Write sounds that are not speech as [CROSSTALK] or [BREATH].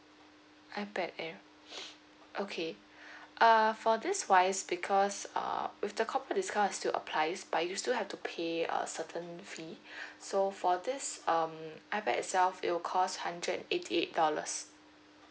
ipad air [BREATH] okay [BREATH] uh for this wise because uh with the corporate discount as to applies but you still have to pay a certain fee [BREATH] so for this um ipad itself it will cost hundred and eighty eight dollars